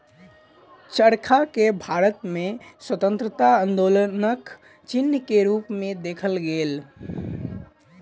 चरखा के भारत में स्वतंत्रता आन्दोलनक चिन्ह के रूप में देखल गेल